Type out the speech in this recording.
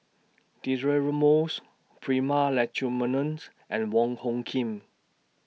Deirdre Moss Prema Letchumanans and Wong Hung Khim